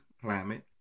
climate